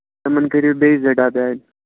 تِمَن کٔرِو بیٚیہِ زٕ ڈَبہٕ ایڈ